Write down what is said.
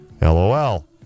LOL